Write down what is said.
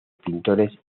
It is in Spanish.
pintores